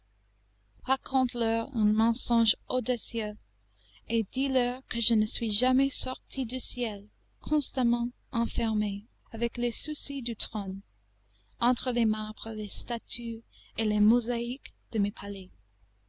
raconte leur un mensonge audacieux et dis-leur que je ne suis jamais sorti du ciel constamment enfermé avec les soucis du trône entre les marbres les statues et les mosaïques de mes palais